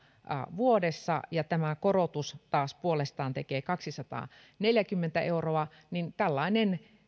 vuodessa ja tämä korotus taas puolestaan tekee kaksisataaneljäkymmentä euroa niin